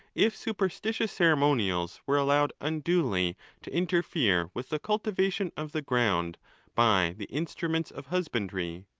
if superstitious ceremonials were allowed unduly to interfere with the cultivation of the ground by the instruments of husbandry.